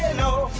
know,